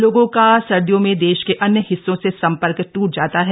लोगों का सर्दियों में देश के अन्य हिस्सों से सम्पर्क टूट जाता है